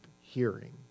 hearing